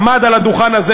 עמד על הדוכן הזה,